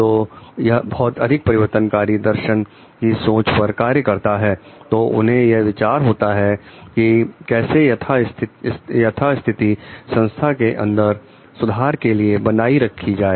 तो यह बहुत अधिक परिवर्तनकारी दर्शन की सोच पर कार्य करता है तो उन्हें यह विचार होता है कि कैसे यथास्थिति संस्था के अंदर सुधार के लिए बनाई रखी जाए